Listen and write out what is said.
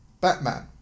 Batman